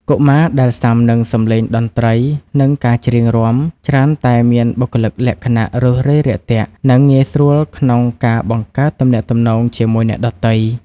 កុមារដែលស៊ាំនឹងសម្លេងតន្ត្រី និងការច្រៀងរាំ ច្រើនតែមានបុគ្គលិកលក្ខណៈរួសរាយរាក់ទាក់ និងងាយស្រួលក្នុងការបង្កើតទំនាក់ទំនងជាមួយអ្នកដទៃ។